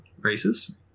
Racist